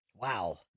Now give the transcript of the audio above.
Wow